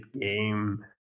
game